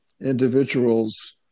individuals